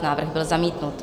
Návrh byl zamítnut.